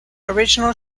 original